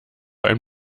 ein